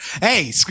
Hey